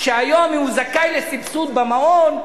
שהיום הוא זכאי לסבסוד במעון,